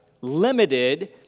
limited